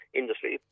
industry